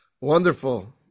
Wonderful